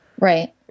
Right